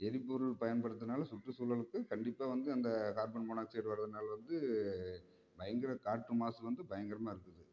எரிபொருள் பயன்படுத்துனாலும் சுற்றுச்சூழலுக்கு கண்டிப்பாக வந்து அந்த கார்பன் மோனாக்சைடு வரதனால வந்து பயங்கர காற்று மாசு வந்து பயங்கரமாக இருக்குது